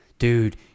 Dude